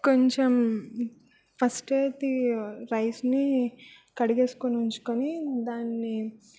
కొంచం ఫస్టు అయితే రైస్ని కడిగి వేసుకోని ఉంచుకోని దాన్ని